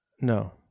No